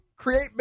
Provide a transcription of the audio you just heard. Create